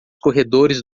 corredores